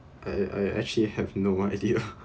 I I actually have no idea